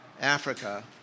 Africa